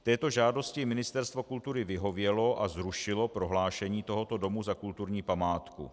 Této žádosti Ministerstvo kultury vyhovělo a zrušilo prohlášení tohoto domu za kulturní památku.